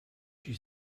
she